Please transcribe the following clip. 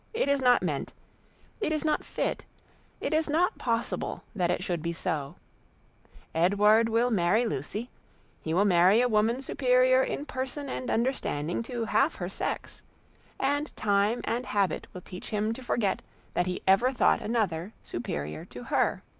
it is not meant it is not fit it is not possible that it should be so edward will marry lucy he will marry a woman superior in person and understanding to half her sex and time and habit will teach him to forget that he ever thought another superior to her.